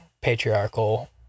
patriarchal